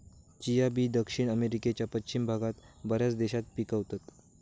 chia बी दक्षिण अमेरिकेच्या पश्चिम भागात बऱ्याच देशात पिकवतत